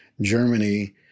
Germany